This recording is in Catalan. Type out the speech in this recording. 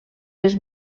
les